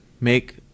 make